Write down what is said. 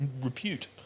repute